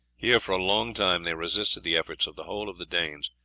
here for a long time they resisted the efforts of the whole of the danes,